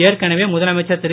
ஏற்கனவே முதலமைச்சர் திரு